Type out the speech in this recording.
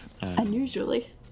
unusually